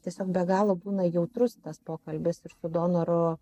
tiesiog be galo būna jautrus tas pokalbis ir su donoro